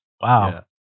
wow